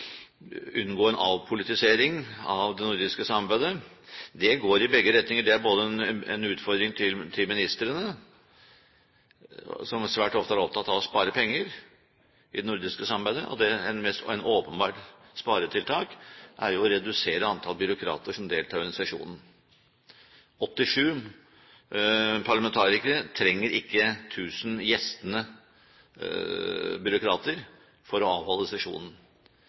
unngå en avpolitisering av det nordiske samarbeidet. Det går i begge retninger. Det er en utfordring til ministrene som svært ofte er opptatt av å spare penger i det nordiske samarbeidet, og et åpenbart sparetiltak er jo å redusere antall byråkrater som deltar i organisasjonen. 87 parlamentarikere trenger ikke 1 000 gjestende byråkrater for å avholde sesjonen.